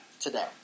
today